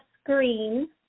screen